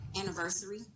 anniversary